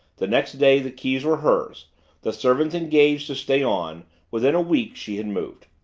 the next day the keys were hers the servants engaged to stay on within a week she had moved.